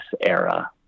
era